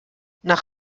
nach